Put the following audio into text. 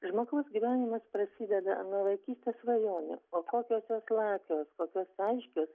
žmogaus gyvenimas prasideda nuo vaikystės svajonių o kokios jos lakios kokios aiškios